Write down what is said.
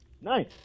Nice